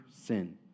sin